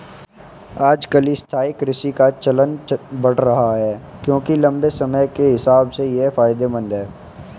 आजकल स्थायी कृषि का चलन बढ़ रहा है क्योंकि लम्बे समय के हिसाब से ये फायदेमंद है